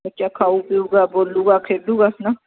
ਬੱਚਾ ਖਾਊ ਪੀਊਗਾ ਬੋਲੂਗਾ ਖੇਡੂਗਾ ਹੈਨਾ